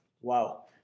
Wow